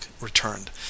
returned